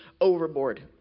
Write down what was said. overboard